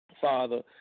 father